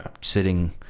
sitting